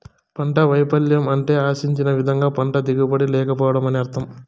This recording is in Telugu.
పంట వైపల్యం అంటే ఆశించిన విధంగా పంట దిగుబడి లేకపోవడం అని అర్థం